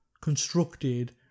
constructed